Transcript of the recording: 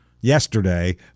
yesterday